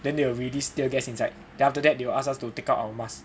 then they will release tear gas inside then after that they will ask us to take out our mask